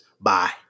Bye